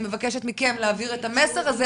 אני מבקשת מכם להעביר את המסר הזה,